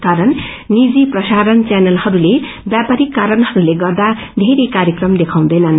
कारण निजी प्रसारण चैनलहस्ले ब्यापारिक कारणहस्ले गर्दा वेरै कार्यक्रम देखाउँदैनन्